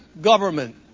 government